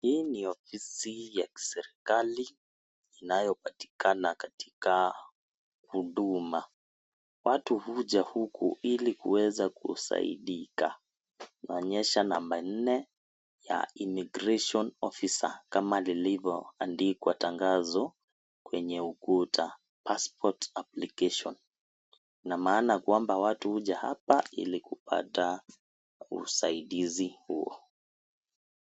Hii ni ofisi ya kiserikali inayopatiakana katika huduma. Watu huja huko ili kuweza kusaidika. Inaonyesha namba nne na immigration officer ,kama lilivyo andikwa tangazo kwenye ukuta, passport application , ina maana kwamba watu huja hapa ili kupata usaidizi huo.